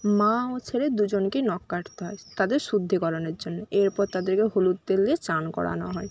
মা ও ছেলে দুজনকেই নখ কাটতে হয় তাদের শুদ্ধিকরণের জন্য এরপর তাদেরকে হলুদ তেল দিয়ে স্নান করানো হয়